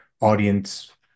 audience